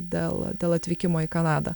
dėl dėl atvykimo į kanadą